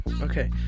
okay